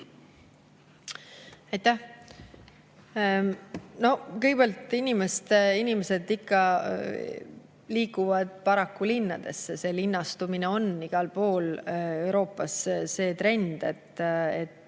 No kõigepealt, inimesed ikka liiguvad paraku linnadesse. Linnastumine on igal pool Euroopas trend,